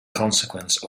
consequence